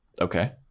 Okay